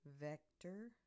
vector